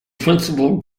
principal